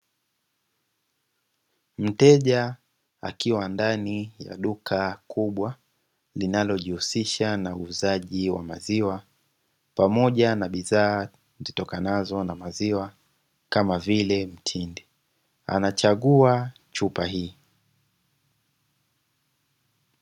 Mteja akiwa ndani ya duka kubwa linalojihusisha na uuzaji wa maziwa pamoja na bidhaa zitokanazo na maziwa kama vile mtindi anachagua chupa hii.